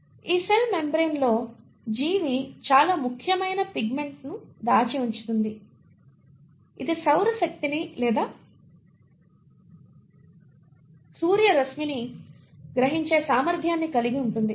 ఈ సెల్క మెంబ్రేన్ లో జీవి చాలా ముఖ్యమైన పిగ్మెంట్ ను దాచి ఉంచుతుంది ఇది సౌర శక్తిని లేదా సూర్యరశ్మిని గ్రహించే సామర్థ్యాన్ని కలిగి ఉంటుంది